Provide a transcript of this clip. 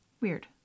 weird